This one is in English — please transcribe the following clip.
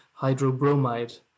hydrobromide